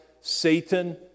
Satan